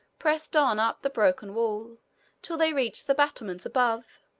pressed on up the broken wall till they reached the battlements above.